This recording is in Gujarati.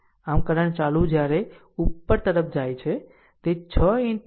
આમ કરંટ ચાલુ જ્યારે ઉપર તરફ જાય છે તે 6 into I3 I1 છે